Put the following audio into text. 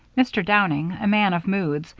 mr. downing, a man of moods,